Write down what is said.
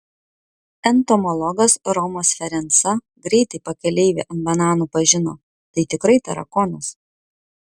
entomologas romas ferenca greitai pakeleivį ant bananų pažino tai tikrai tarakonas